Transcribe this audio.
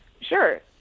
Sure